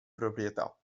proprietà